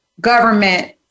government